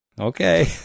Okay